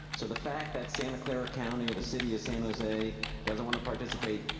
so the fact that santa clara county or the city of san jose doesn't wanna participate,